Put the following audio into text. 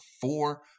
four –